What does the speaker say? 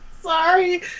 Sorry